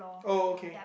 oh okay